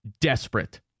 desperate